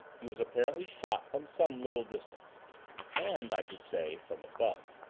he was apparently shot from some little distance and i should say from above.